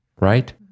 Right